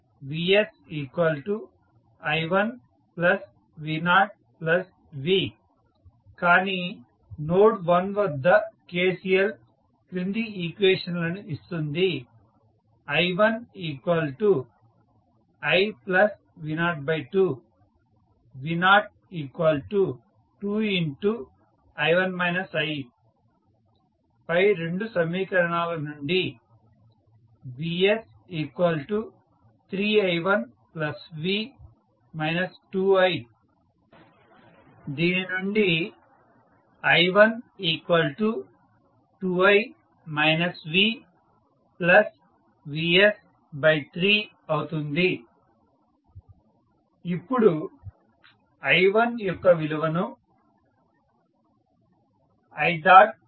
vsi1v0 v కానీ node 1 వద్ద KCL క్రింది ఈక్వేషన్ లను ఇస్తుంది i1 i v02 v0 2 పై 2 సమీకరణాల నుండి vs3i1v 2i→i12i vvs3 ఇప్పుడు i1యొక్క విలువను ivs i1